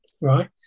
right